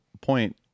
point